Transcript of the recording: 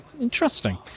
interesting